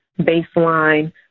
baseline